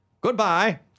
Goodbye